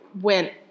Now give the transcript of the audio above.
went